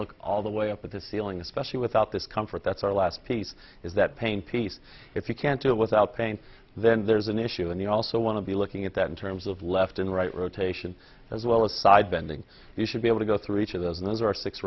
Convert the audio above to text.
look all the way up at the ceiling especially without this comfort that's our last piece is that pain piece if you can't do it without pain then there's an issue in the also want to be looking at that in terms of left and right rotation as well as side bending you should be able to go through each of those and those are six